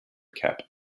cap